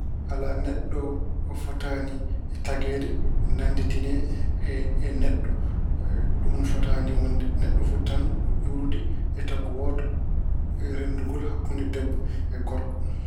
Alaa neɗɗo fotaani tagteede nanndidine e neɗɗo. Ɗum fotaani wonde. Neɗɗo foti tan ko iwrude e tago wooto, e renndugol hakkunde debbo e gorko.